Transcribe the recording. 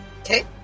Okay